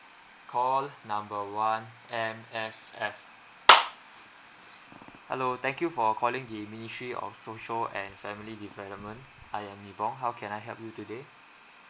call number one M_S_F hello thank you for calling the ministry of social and family development I am nie bong how can I help you today